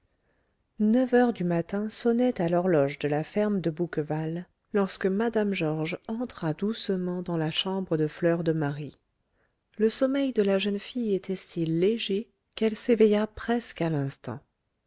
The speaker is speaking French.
neuf heures du matin sonnaient à l'horloge de la ferme de bouqueval lorsque mme georges entra doucement dans la chambre de fleur de marie le sommeil de la jeune fille était si léger qu'elle s'éveilla presque à l'instant